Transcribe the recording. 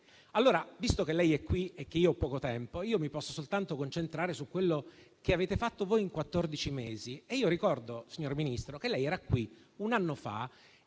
Allora, visto che lei è qui e ho poco tempo, mi posso soltanto concentrare su quello che avete fatto voi in quattordici mesi. Ricordo, signor Ministro, che lei era qui un anno fa